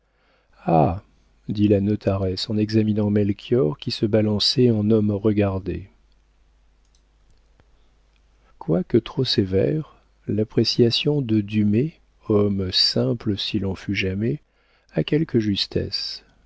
dit la notaresse en examinant melchior qui se balançait en homme regardé quoique trop sévère l'appréciation de dumay homme simple s'il en fut jamais a quelque justesse